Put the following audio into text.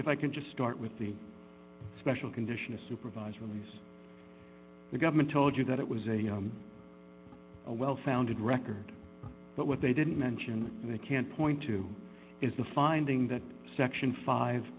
if i can just start with the special condition of supervised release the government told you that it was a a well founded record but what they didn't mention they can point to is the finding that section five